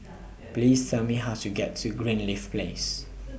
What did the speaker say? Please Tell Me How to get to Greenleaf Place